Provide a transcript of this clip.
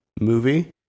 movie